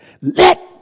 Let